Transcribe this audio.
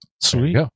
sweet